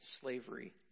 slavery